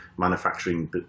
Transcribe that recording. manufacturing